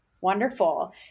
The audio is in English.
Wonderful